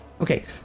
okay